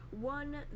one